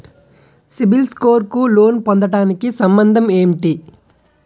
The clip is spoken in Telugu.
సిబిల్ స్కోర్ కు లోన్ పొందటానికి సంబంధం ఏంటి?